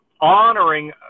honoring